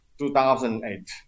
2008